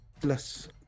Plus